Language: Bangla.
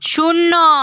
শূন্য